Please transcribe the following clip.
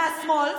מהשמאל,